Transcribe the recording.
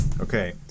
Okay